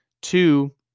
two